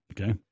Okay